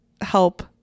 help